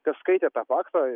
kas skaitė tą paktą